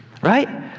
Right